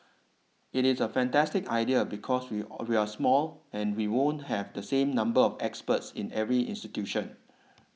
it is a fantastic idea because we all we're small and we won't have the same number of experts in every institution